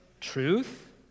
truth